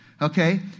Okay